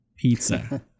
Pizza